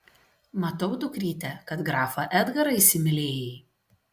matau dukryte kad grafą edgarą įsimylėjai